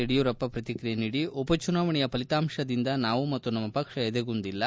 ಯಡಿಯೂರಪ್ಪ ಪ್ರತಿಕ್ರಿಯೆ ನೀಡಿ ಉಪ ಚುನಾವಣೆಯ ಫಲಿತಾಂಶದಿಂದ ನಾವು ಮತ್ತು ನಮ್ಮ ಪಕ್ಷ ಎದೆಗುಂದಿಲ್ಲ